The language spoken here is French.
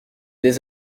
des